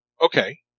Okay